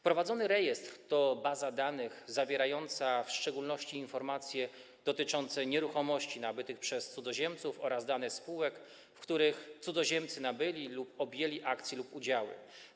Prowadzony rejestr to baza danych zawierająca w szczególności informacje dotyczące nieruchomości nabytych przez cudzoziemców oraz dane spółek, w których cudzoziemcy nabyli lub objęli akcje lub udziały.